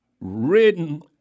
written